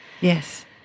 Yes